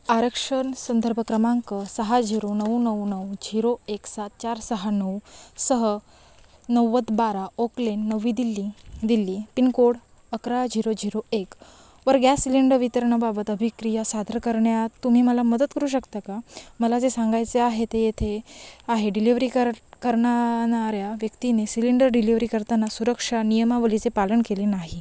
आरक्षण संदर्भ क्रमांक सहा झिरो नऊ नऊ नऊ झिरो एक सात चार सहा नऊ सह नव्वद बारा ओक लेन नवी दिल्ली दिल्ली पिनकोड अकरा झिरो झिरो एक वर गॅस सिलेंड वितरणाबाबत अभिक्रिया सादर करण्यात तुम्ही मला मदत करू शकता का मला जे सांगायचे आहे ते येथे आहे डिलिव्हरी कर करणाऱ्या व्यक्तीने सिलेंडर डिलिव्हरी करताना सुरक्षा नियमावलीचे पालन केले नाही